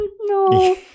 No